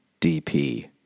dp